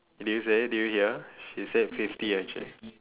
did you say did you hear she said fifty actually